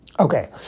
Okay